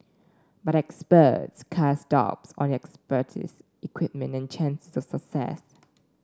but experts cast doubts on expertise equipment and chances of success